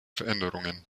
veränderungen